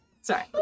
sorry